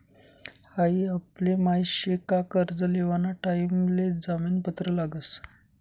हाई आपले माहित शे का कर्ज लेवाना टाइम ले जामीन पत्र लागस